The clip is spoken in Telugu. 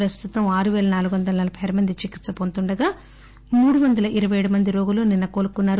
ప్రస్తుతం ఆరు పేల నాలుగు వందల నలబై ఆరు మంది చికిత్ప పొందుతుండగా మూడు వందల ఇరవై ఏడు మంది రోగులు నిన్న కోలుకున్నారు